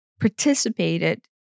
participated